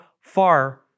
far